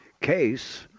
Case